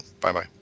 Bye-bye